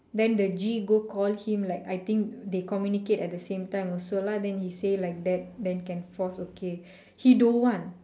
then the G go call him like I think they communicate at the same time also lah then he say like that then can force okay he don't want